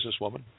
businesswoman